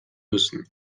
müssen